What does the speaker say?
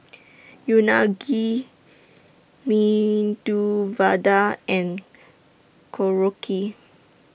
Unagi Medu Vada and Korokke